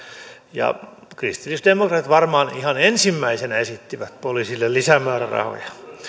ja kristillisdemokraatit varmaan ihan ensimmäisenä esittivät poliisille lisämäärärahoja